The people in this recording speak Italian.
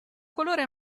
colore